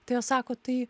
tai jos sako tai